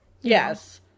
Yes